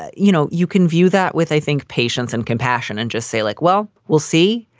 you know, you can view that with, i think, patients and compassion and just say like, well, we'll see.